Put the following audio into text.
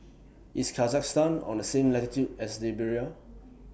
IS Kazakhstan on The same latitude as Liberia